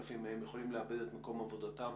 10,000 מהם יכולים לאבד את מקום עבודתם